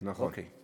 תודה.